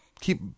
keep